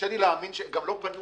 גם לא פנו